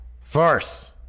farce